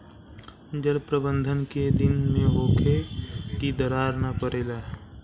जल प्रबंधन केय दिन में होखे कि दरार न परेला?